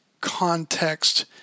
context